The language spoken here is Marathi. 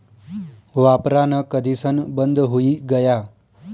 वापरान कधीसन बंद हुई गया